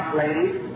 ladies